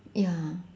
ya